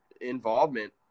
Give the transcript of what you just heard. involvement